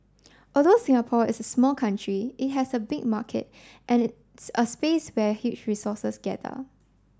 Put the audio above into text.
although Singapore is a small country it has a big market and its a space where huge resources gather